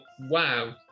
wow